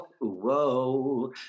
Whoa